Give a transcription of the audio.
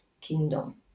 kingdom